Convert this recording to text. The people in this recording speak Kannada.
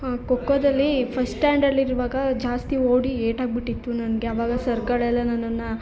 ನಾನು ಖೋಖೋದಲ್ಲಿ ಫಸ್ಟ್ ಸ್ಟ್ಯಾಂಡರ್ಲಿರುವಾಗ ಜಾಸ್ತಿ ಓಡಿ ಏಟಾಗಿಬಿಟ್ಟಿತ್ತು ನನಗೆ ಆವಾಗ ಸರ್ಗಳೆಲ್ಲ ನನ್ನನ್ನ